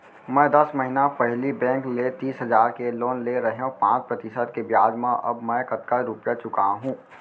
मैं दस महिना पहिली बैंक ले तीस हजार के लोन ले रहेंव पाँच प्रतिशत के ब्याज म अब मैं कतका रुपिया चुका हूँ?